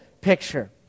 picture